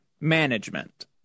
management